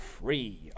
Free